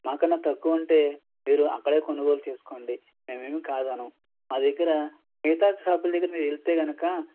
మాకన్నా తక్కువుంటే మీరు అక్కడే కొనుగోలు చేస్కోండి మేమేమీ కాదనం మాదగ్గర మిగతా షాపుల దగ్గరకి మీరు వెళ్తే కనుక